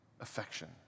affection